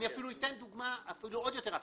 אציג דוגמה אפילו עוד יותר אבסורדית.